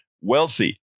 wealthy